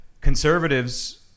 conservatives